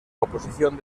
oposición